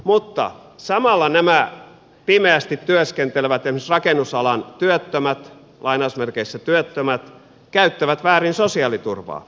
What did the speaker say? mutta samalla nämä pimeästi työskentelevät esimerkiksi rakennusalan työttömät käyttävät väärin sosiaaliturvaa